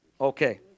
Okay